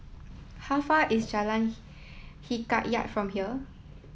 how far away is Jalan Hikayat from here